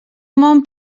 món